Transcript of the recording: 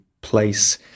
place